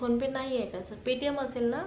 phone पे नाहीये का sir Paytm असेल ना